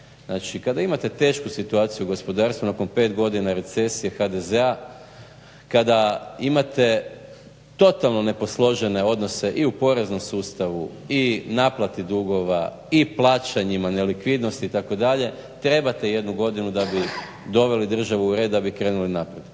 kada imate tešku situaciju u gospodarstvu nakon pet godina recesije HDZ-a, kada imate totalno neposložene odnose i u poreznom sustavu i naplati dugova i plaćanjima, nelikvidnost itd. trebate jednu godinu da bi doveli državu u red, da bi krenuli naprijed.